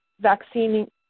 vaccine